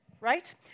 right